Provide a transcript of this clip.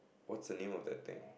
what's the name of that thing